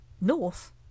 North